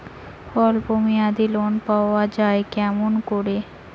স্বল্প মেয়াদি লোন পাওয়া যায় কেমন করি?